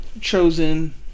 chosen